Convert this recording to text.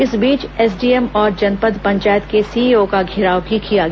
इस बीच एसडीएम और जनपद पंचायत के सीईओ का घेराव भी किया गया